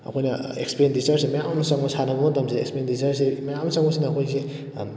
ꯑꯩꯈꯣꯏꯅ ꯑꯦꯛꯁꯄꯦꯟꯗꯤꯆꯔꯁꯦ ꯃꯌꯥꯝ ꯑꯃ ꯆꯪꯉ ꯁꯥꯟꯅꯕ ꯃꯇꯝꯁꯦ ꯑꯦꯛꯁꯄꯦꯟꯗꯤꯆꯔꯁꯤ ꯃꯌꯥꯝ ꯑꯃ ꯆꯪꯕꯁꯤꯅ ꯑꯩꯈꯣꯏꯁꯦ